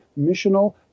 missional